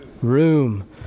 room